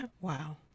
Wow